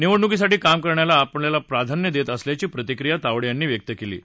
निवडणुकीसाठी काम करण्याला आपण प्राधान्य देत असल्याची प्रतिक्रिया तावडे यांनी व्यक्त केली आहे